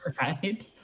Right